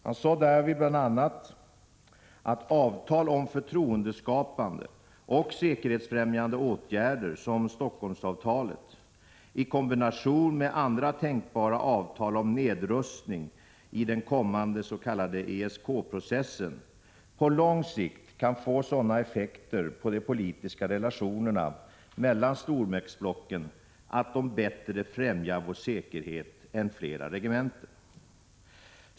Han sade därvid bl.a. att avtal om förtroendeskapande och säkerhetsfrämjande åtgärder, som Stockholmsavtalet, i kombination med andra tänkbara avtal om nedrustning i den kommande s.k. ESK-processen, på lång sikt kan få sådana effekter på de politiska relationerna mellan stormaktsblocken att de bättre främjar vår säkerhet än flera regementen.